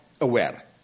aware